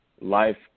life